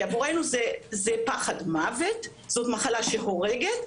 עבורנו זה פחד מוות, זאת מחלה שהורגת.